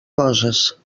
coses